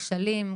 גם את הכשלים,